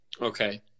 Okay